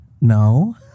No